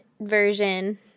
version